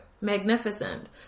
magnificent